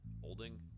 holding